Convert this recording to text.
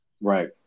right